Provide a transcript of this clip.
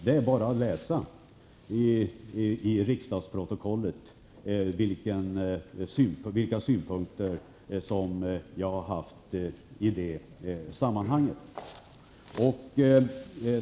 Det är bara att läsa i riksdagsprotokollet vilka synpunkter jag har i det sammanhanget.